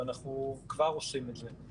ואנחנו כבר עושים את זה.